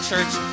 Church